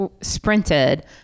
sprinted